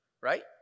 right